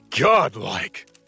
godlike